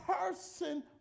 person